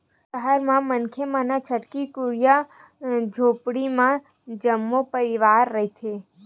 सहर म मनखे मन छितकी कुरिया झोपड़ी म जम्मो परवार रहिथे